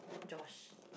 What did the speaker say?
Josh